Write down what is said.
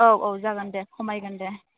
औ औ जागोन दे खमायगोन दे